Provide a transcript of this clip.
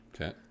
Okay